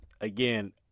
again